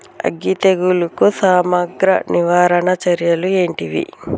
అగ్గి తెగులుకు సమగ్ర నివారణ చర్యలు ఏంటివి?